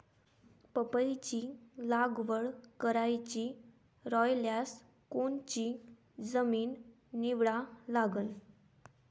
पपईची लागवड करायची रायल्यास कोनची जमीन निवडा लागन?